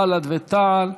בל"ד ותע"ל,